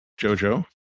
JoJo